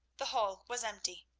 the hall was empty.